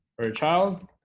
or a child